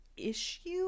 issue